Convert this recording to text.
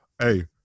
hey